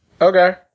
Okay